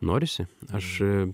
norisi aš